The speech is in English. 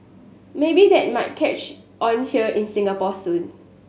maybe that might catch on here in Singapore soon